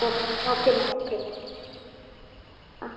ஆ ஓகேம்மா ஓகேம்மா ஆ